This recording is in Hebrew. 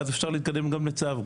ואז אפשר להתקדם גם לצו.